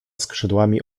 skrzydłami